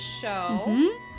show